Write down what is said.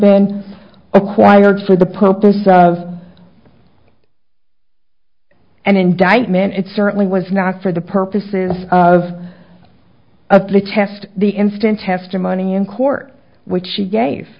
then acquired for the purpose of an indictment it certainly was not for the purposes of a protest the instant testimony in court which she gave